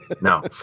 no